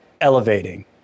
elevating